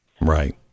Right